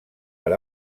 per